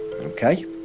Okay